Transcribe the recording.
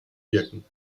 wirken